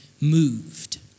moved